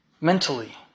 mentally